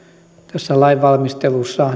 tässä lainvalmistelussa